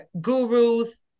gurus